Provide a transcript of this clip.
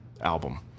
album